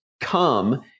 come